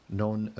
non